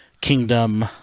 Kingdom